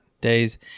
days